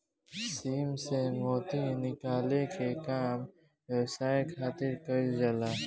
सीप से मोती निकाले के काम व्यवसाय खातिर कईल जाला